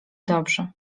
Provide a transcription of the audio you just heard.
dobrze